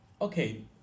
Okay